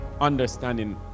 understanding